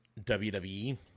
WWE